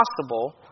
possible